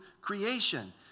creation